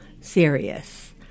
serious